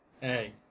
Hey